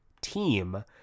team